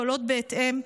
שעולות בהתאם,